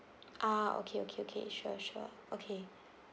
ah okay okay okay sure sure okay